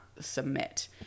submit